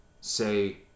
say